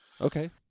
okay